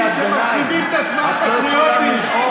את לא יכולה לנאום, את יודעת את זה.